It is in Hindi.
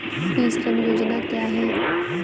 ई श्रम योजना क्या है?